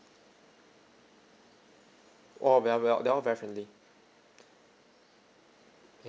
orh we're we're they're all very friendly